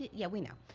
yeah we know,